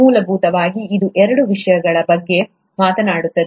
ಮೂಲಭೂತವಾಗಿ ಇದು ಎರಡು ವಿಷಯಗಳ ಬಗ್ಗೆ ಮಾತನಾಡುತ್ತದೆ